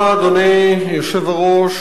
אדוני היושב-ראש,